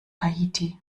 haiti